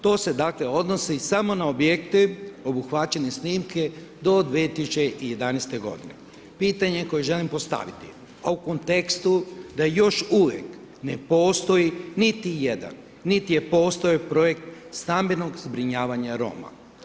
To se dakle odnosi samo na objekte, obuhvaćene snimke do 2011. godine, pitanje koje želim postaviti a u kontekstu da još uvijek ne postoji niti jedan, niti je postojao projekat stambenog zbrinjavanja Roma.